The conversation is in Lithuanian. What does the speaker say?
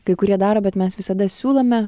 kai kurie daro bet mes visada siūlome